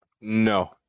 No